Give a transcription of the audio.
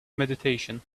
meditation